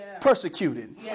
persecuted